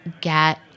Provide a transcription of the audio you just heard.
get